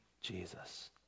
Jesus